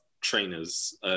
trainers